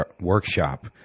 workshop